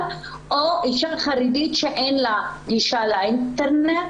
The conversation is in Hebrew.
או אישה חרדית שאין לה גישה לאינטרנט.